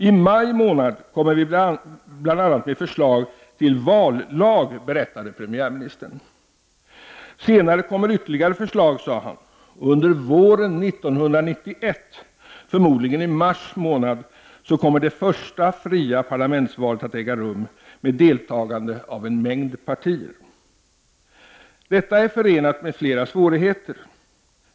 I maj månad kommer vi att lägga fram förslag till bl.a. en vallag, berättade premiärministern. Sedan kommer ytterligare förslag, sade han. Det första fria parlamentsvalet med deltagande av en mängd partier kommer att äga rum under våren 1991, förmodligen i mars månad. Det är förenat med flera svårigheter.